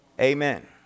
Amen